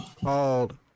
called